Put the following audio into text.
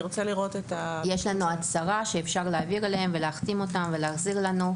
יש לנו הצהרה שאפשר להעביר אליהם ולהחתים אותם ולהחזיר לנו,